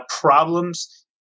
problems